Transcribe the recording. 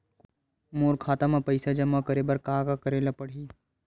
मोर खाता म पईसा जमा करे बर का का करे ल पड़हि?